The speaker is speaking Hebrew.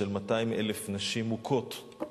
200,000 נשים מוכות,